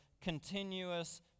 continuous